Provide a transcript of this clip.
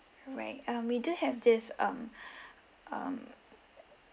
alright um we do have this um um